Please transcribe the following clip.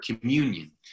communion